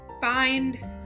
find